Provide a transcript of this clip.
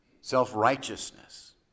self-righteousness